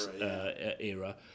era